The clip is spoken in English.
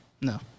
no